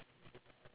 ya